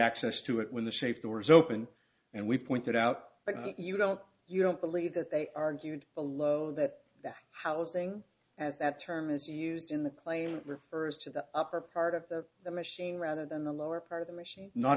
access to it when the safe doors open and we pointed out but you don't you don't believe that they argued below that that housing as that term is used in the claimant refers to the upper part of the machine rather than the lower part of the machine no